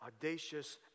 audacious